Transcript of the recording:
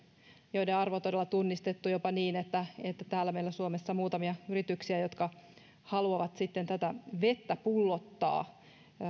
joiden arvo on todella tunnistettu jopa niin että täällä meillä suomessa on muutamia yrityksiä jotka haluavat sitten tätä vettä pullottaa